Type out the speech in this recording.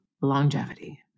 longevity